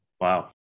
Wow